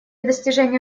достижения